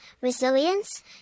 resilience